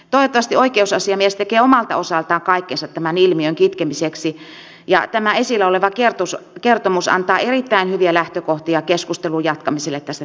toivottavasti oikeusasiamies tekee omalta osaltaan kaikkensa tämän ilmiön kitkemiseksi ja tämä esillä oleva kertomus antaa erittäin hyviä lähtökohtia keskustelun jatkamiselle tästä tärkeästä asiasta